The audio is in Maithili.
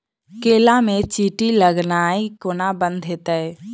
केला मे चींटी लगनाइ कोना बंद हेतइ?